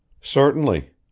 Certainly